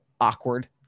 awkward